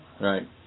Right